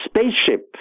spaceship